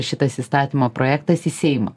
šitas įstatymo projektas į seimą